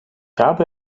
habe